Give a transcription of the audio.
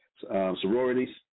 sororities